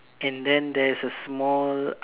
and then there's a small uh